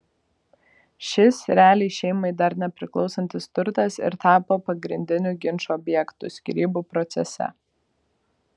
šis realiai šeimai dar nepriklausantis turtas ir tapo pagrindiniu ginčo objektu skyrybų procese